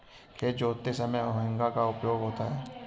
खेत जोतते समय हेंगा का उपयोग होता है